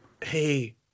hey